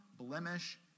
blemish